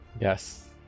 Yes